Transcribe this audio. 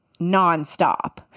nonstop